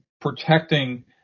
protecting